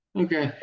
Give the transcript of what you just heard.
okay